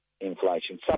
inflation